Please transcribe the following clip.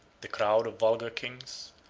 the crowd of vulgar kings,